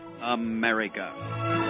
America